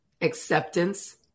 acceptance